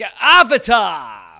Avatar